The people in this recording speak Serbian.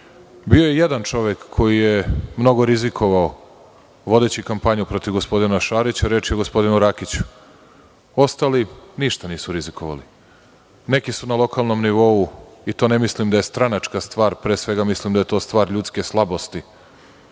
je jedan čovek koji je mnogo rizikovao vodeći kampanju protiv gospodina Šarića. Reč je o gospodinu Rakiću. Ostali, ništa nisu rizikovali. Neki su na lokalnom nivou, i to ne mislim da je stranačka stvar, pre svega mislim da je to stvar ljudske slabosti,